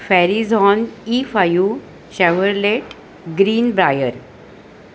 Verizon E five Chevrolet Greenbrier